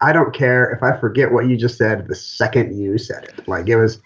i don't care if i forget what you just said the second you said it like it was